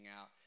out